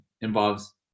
involves